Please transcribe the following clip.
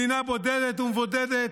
מדינה בודדת ומבודדת,